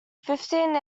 fifteen